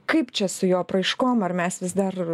kaip čia su jo apraiškom ar mes vis dar